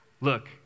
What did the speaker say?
Look